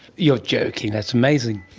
you're joking! that's amazing.